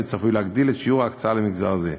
וצפוי שיגדיל את שיעור ההקצאה למגזר זה.